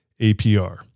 APR